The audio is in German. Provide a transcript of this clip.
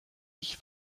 ich